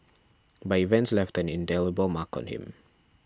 but events left an indelible mark on him